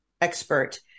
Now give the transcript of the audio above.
expert